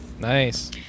nice